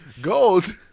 gold